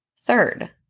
third